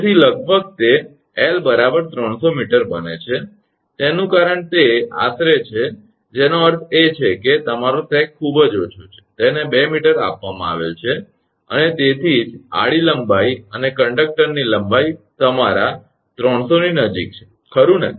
તેથી લગભગ તે 𝑙 300 𝑚 બને છે તેનું કારણ તે આશરે છે જેનો અર્થ છે કે તમારો સેગ ખૂબ જ ઓછો છે તેને 2 meter 2 મીટર આપવામાં આવેલ છે અને તેથી જ તે આડી લંબાઈ અને કંડક્ટરની લંબાઈ લંબાઈ તમારા 300 ની નજીક છે ખરું ને